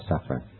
suffering